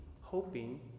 hoping